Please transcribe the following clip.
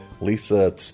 Lisa